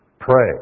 Pray